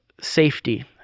safety